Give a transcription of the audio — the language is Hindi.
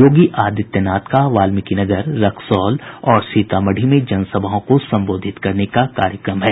योगी आदित्य नाथ का वाल्मीकिनगर रक्सौल और सीतामढ़ी में जनसभाओं को संबोधित करने का कार्यक्रम है